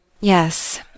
Yes